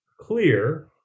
clear